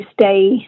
stay